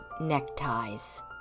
neckties